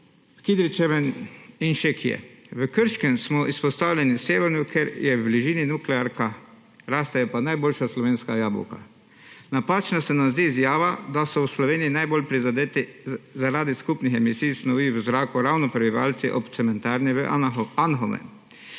Kidričevem in še kje. V Krškem smo izpostavljeni sevanju, ker je v bližini nuklearka, rastejo pa najboljša slovenska jabolka. Napačna se nam zdi izjava, da so v Sloveniji najbolj prizadeti zaradi skupnih emisij snovi v zraku ravno prebivalci ob cementarni v Anhovem.